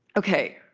ok,